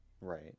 right